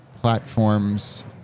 platforms